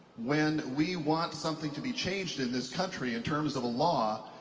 when we want something to be changed in this country in terms of a law,